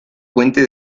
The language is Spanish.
puente